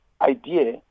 idea